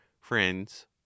friends